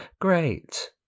great